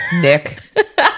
Nick